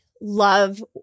love